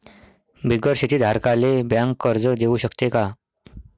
बिगर शेती धारकाले बँक कर्ज देऊ शकते का?